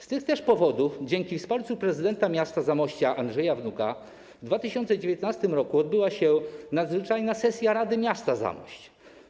Z tych też powodów, dzięki wsparciu prezydenta miasta Zamościa Andrzeja Wnuka, w 2019 r. odbyła się nadzwyczajna sesja Rady Miasta Zamość.